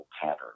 pattern